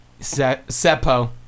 Seppo